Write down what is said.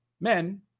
men